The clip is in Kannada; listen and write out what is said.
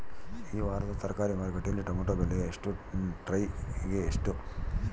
ಈ ವಾರದ ತರಕಾರಿ ಮಾರುಕಟ್ಟೆಯಲ್ಲಿ ಟೊಮೆಟೊ ಬೆಲೆ ಒಂದು ಟ್ರೈ ಗೆ ಎಷ್ಟು?